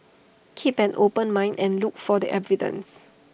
keep an open mind and look for the evidence